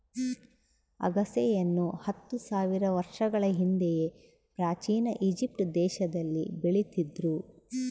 ಅಗಸೆಯನ್ನು ಹತ್ತು ಸಾವಿರ ವರ್ಷಗಳ ಹಿಂದೆಯೇ ಪ್ರಾಚೀನ ಈಜಿಪ್ಟ್ ದೇಶದಲ್ಲಿ ಬೆಳೀತಿದ್ರು